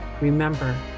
remember